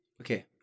okay